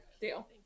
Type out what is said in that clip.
Deal